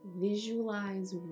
Visualize